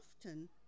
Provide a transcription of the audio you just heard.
often